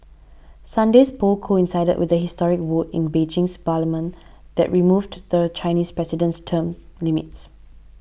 Sunday's polls coincided with the historic vote in Beijing's parliament that removed the Chinese president's term limits